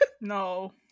no